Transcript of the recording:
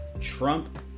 Trump